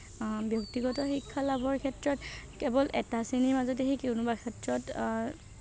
ব্যক্তিগত শিক্ষা লাভৰ ক্ষেত্ৰত কেৱল এটা শ্ৰেণীৰ মাজতে সি কোনোবা ক্ষেত্ৰত